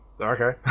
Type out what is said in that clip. Okay